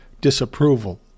disapproval